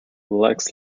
lex